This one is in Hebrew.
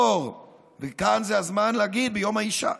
כאן הזמן להגיד, ביום האישה: